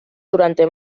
durante